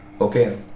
Okay